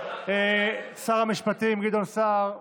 שר המשפטים, גדעון סער ישיב.